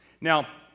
Now